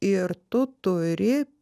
ir tu turi